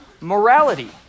morality